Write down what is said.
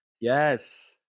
Yes